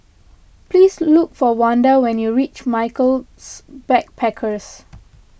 please look for Wanda when you reach Michaels Backpackers